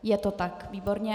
Je to tak, výborně.